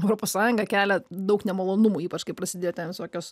europos sąjunga kelia daug nemalonumų ypač kai prasidėjo ten visokios